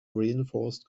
reinforced